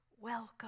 welcome